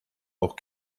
auch